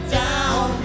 down